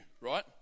right